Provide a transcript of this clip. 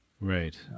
Right